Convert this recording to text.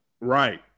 Right